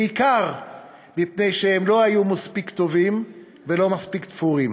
בעיקר מפני שהם לא היו מספיק טובים ולא מספיק תפורים.